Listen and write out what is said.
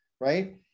right